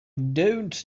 don’t